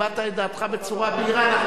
הבעת את דעתך בצורה בהירה.